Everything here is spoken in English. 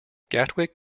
gatwick